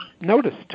noticed